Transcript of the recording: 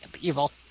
evil